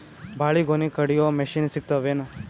ಬಾಳಿಗೊನಿ ಕಡಿಯು ಮಷಿನ್ ಸಿಗತವೇನು?